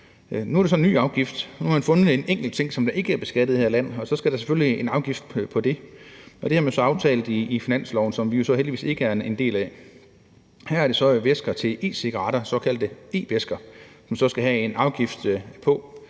Nu er det så en ny afgift – man har fundet en enkelt ting, som ikke er beskattet i det her land, og så skal der selvfølgelig en afgift på det. Og det har man så aftalt i forbindelse med finansloven, som vi jo heldigvis ikke er en del af. Her er det så væsker til e-cigaretter, nemlig såkaldte e-væsker, som skal have en afgift på.